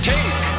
Take